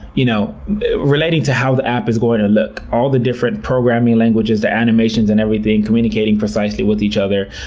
you know relating to how the app is going to look all the different programming languages, the animations and everything communicating precisely with each other,